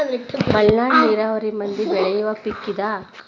ಮಲ್ನಾಡ ನೇರಾವರಿ ಮಂದಿ ಬೆಳಿಯುವ ಪಿಕ್ ಇದ